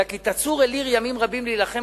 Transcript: אלא "כי תצור אל עיר ימים רבים להלחם